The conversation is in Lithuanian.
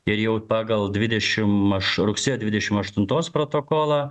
ir jau pagal dvidešimt aš rugsėjo dvidešimt aštuntos protokolą